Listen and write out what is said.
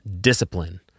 discipline